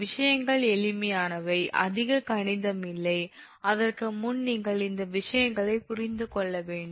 விஷயங்கள் எளிமையானவை அதிக கணிதம் இல்லை அதற்கு முன் நீங்கள் இந்த விஷயங்களை புரிந்து கொள்ள வேண்டும்